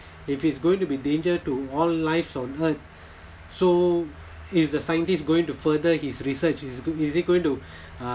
if it's going to be danger to all lives on earth so is the scientist going to further his research is he going to uh